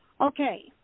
Okay